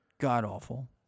god-awful